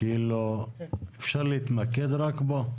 אפשר להתמקד רק בו.